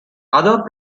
other